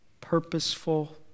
purposeful